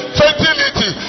fertility